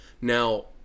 Now